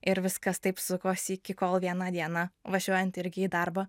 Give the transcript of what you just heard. ir viskas taip sukosi iki kol vieną dieną važiuojant irgi į darbą